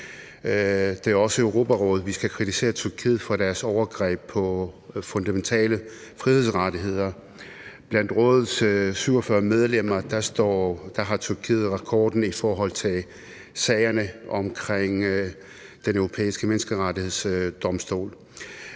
Det er også i Europarådet, vi skal kritisere Tyrkiet for deres overgreb på fundamentale frihedsrettigheder. Blandt Europarådets 47 medlemmer har Tyrkiet rekorden i forhold til sager ved en Den Europæiske Menneskerettighedsdomstol.